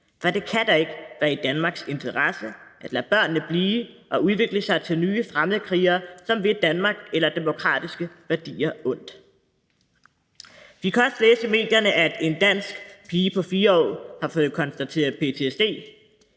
for det kan da ikke være i Danmarks interesse at lade børnene blive og udvikle sig til nye fremmedkrigere, som vil Danmark eller demokratiske værdier ondt. Vi kan også læse i medierne, at en dansk pige på 4 år har fået konstateret ptsd.